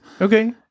Okay